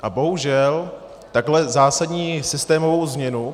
A bohužel, takovou zásadní systémovou změnu...